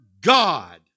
God